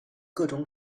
各种